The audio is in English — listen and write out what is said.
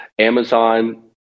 Amazon